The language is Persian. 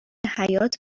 حیات